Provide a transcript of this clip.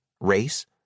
Race